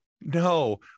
No